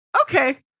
okay